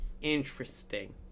Interesting